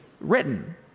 written